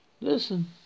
Listen